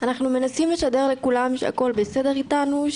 אנחנו מנסים לשדר לכולם שהכול בסדר איתנו,